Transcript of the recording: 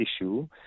issue